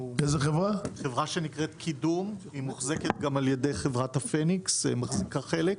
היא מוחזקת גם על ידי חברת הפניקס, מחזיקה חלק.